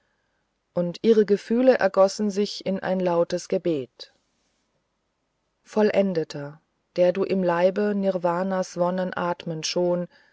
und ihre gefühle ergossen sich in ein lautes gebet vollendeter der du im leibe nirvanas wonne atmend schon